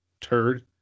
turd